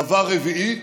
דבר רביעי,